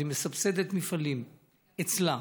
מסבסדת מפעלים אצלה.